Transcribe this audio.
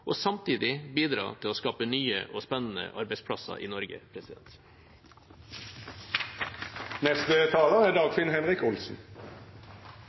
og samtidig bidra til å skape nye og spennende arbeidsplasser i Norge. Jeg takker også for samarbeidet som har vært i komiteen. Norge er